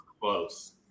close